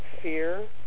fear